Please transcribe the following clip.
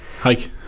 Hike